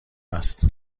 هست